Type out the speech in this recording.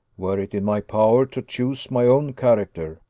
were it in my power to choose my own character,